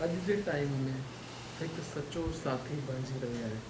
अॼु जे टाइम में हिकु सचो साथी बणिजी रही आहे